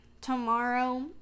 tomorrow